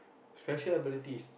special abilities